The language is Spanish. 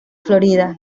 florida